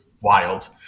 wild